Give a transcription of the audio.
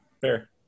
Fair